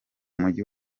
mujyi